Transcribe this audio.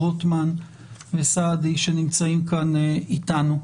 רוטמן וסעדי שנמצאים כאן איתנו.